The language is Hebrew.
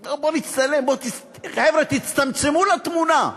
חבר'ה, תצטמצמו לתמונה.